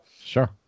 Sure